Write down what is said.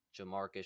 Jamarcus